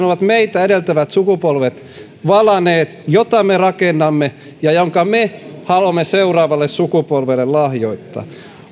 ovat meitä edeltävät sukupolvet valaneet jota me rakennamme ja jonka me haluamme seuraavalle sukupolvelle lahjoittaa